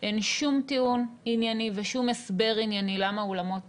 אין שום טיעון ענייני ושום הסבר ענייני למה האולמות סגורים.